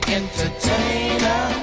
entertainer